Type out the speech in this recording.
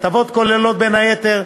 ההטבות כוללות, בין היתר,